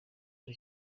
ngo